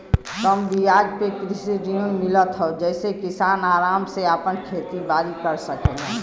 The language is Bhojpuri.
कम बियाज पे कृषि ऋण मिलत हौ जेसे किसान आराम से आपन खेती बारी कर सकेलन